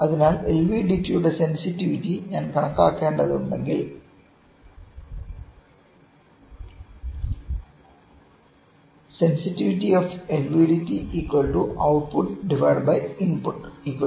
അതിനാൽ എൽവിഡിടിയുടെ സെൻസിറ്റിവിറ്റി ഞാൻ കണക്കാക്കേണ്ടതുണ്ടെങ്കിൽ എൽവിഡിടിയുടെ സെൻസിറ്റിവിറ്റി ഔട്ട് പുട്ട്ഇൻപുട്ട് 2 mV0